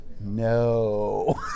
no